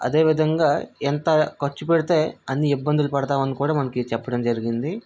అదేవిధంగా ఎంత ఖర్చు పెడితే అన్ని ఇబ్బందులు పడతావు అని కూడా మనకి చెప్పడం జరిగింది